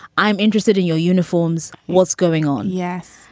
i'm interested in your uniforms. what's going on? yes.